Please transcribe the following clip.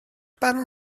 barn